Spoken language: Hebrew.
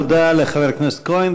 תודה לחבר הכנסת כהן.